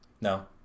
No